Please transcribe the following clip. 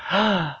ha